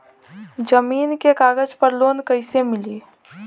जमीन के कागज पर लोन कइसे मिली?